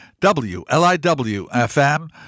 WLIW-FM